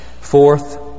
Fourth